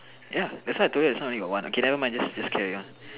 ya that's why I told you just now only got one okay never mind just just carry on